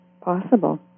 possible